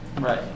Right